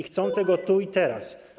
Chcą tego tu i teraz.